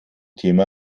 thema